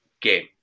game